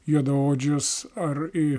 juodaodžius ar į